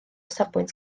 safbwynt